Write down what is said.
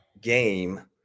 game